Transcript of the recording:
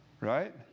right